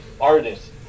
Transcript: artist